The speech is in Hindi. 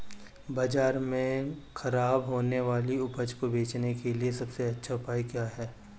बाजार में खराब होने वाली उपज को बेचने के लिए सबसे अच्छा उपाय क्या हैं?